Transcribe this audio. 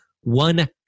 One